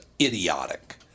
idiotic